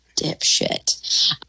dipshit